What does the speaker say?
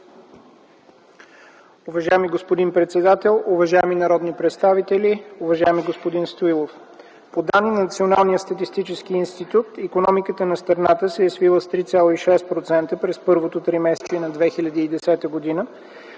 Уважаеми господин председател, уважаеми народни представители, уважаеми господин Стоилов! По данни на Националния статистически институт икономиката на страната се е свила с 3,6% през първото тримесечие на 2010 г.